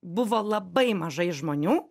buvo labai mažai žmonių